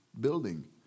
building